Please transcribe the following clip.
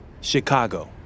Chicago